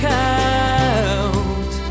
count